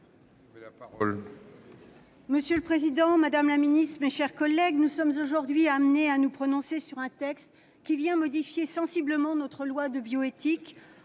Monsieur le président, madame la ministre, mes chers collègues, nous sommes aujourd'hui amenés à nous prononcer sur un texte qui vient modifier sensiblement notre loi de bioéthique.